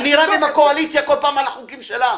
אני רב עם הקואליציה כל פעם על החוקים שלה.